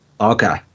Okay